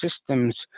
systems